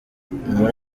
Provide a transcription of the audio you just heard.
muri